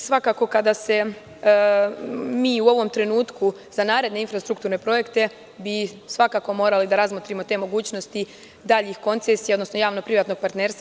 Svakako kada se mi u ovom trenutku, za naredne infrastrukturne projekte bi svakako morali da razmotrimo te mogućnosti daljih koncesija, odnosno javno-privatnog partnerstva.